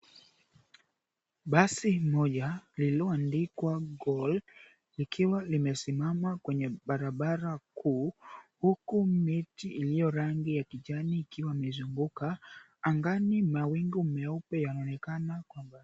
Basi moja lililoandikwa, Cool, likiwa limesimama kwenye barabara kuu, huku miti iliyo rangi ya kijani ikiwa imezunguka. Angani mawingu meupe yanaonekana kwa mbali.